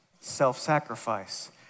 self-sacrifice